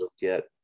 get